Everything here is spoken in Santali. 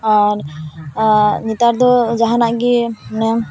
ᱟᱨ ᱱᱮᱛᱟᱨ ᱫᱚ ᱡᱟᱦᱟᱸᱱᱟᱜ ᱜᱮ ᱢᱟᱱᱮ